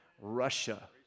Russia